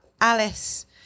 Alice